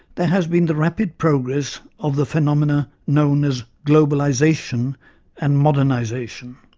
there has been the rapid progress of the phenomena known as globalisation and modernisation,